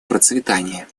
процветание